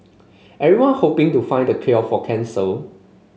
everyone hoping to find the cure for cancer